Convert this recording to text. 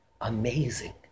Amazing